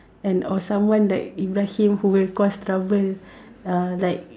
and or someone like Ibrahim who will cause trouble uh like